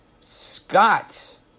Scott